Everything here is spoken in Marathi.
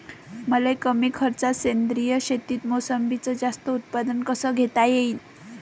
मले कमी खर्चात सेंद्रीय शेतीत मोसंबीचं जास्त उत्पन्न कस घेता येईन?